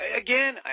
Again